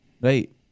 right